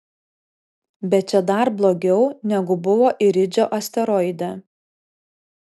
bet čia dar blogiau negu buvo iridžio asteroide